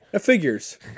Figures